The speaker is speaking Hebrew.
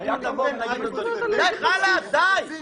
אני רוצה לדעת על איזה בסיס.